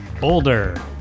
Boulder